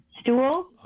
stool